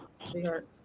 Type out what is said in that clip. sweetheart